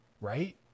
right